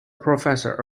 professor